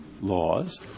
laws